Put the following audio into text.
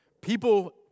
People